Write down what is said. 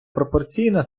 пропорційна